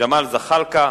ג'מאל זחאלקה,